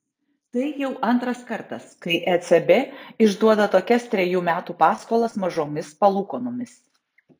tai jau antras kartas kai ecb išduoda tokias trejų metų paskolas mažomis palūkanomis